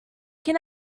can